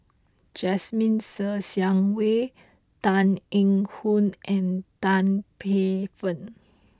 Jasmine Ser Xiang Wei Tan Eng Hoon and Tan Paey Fern